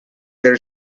there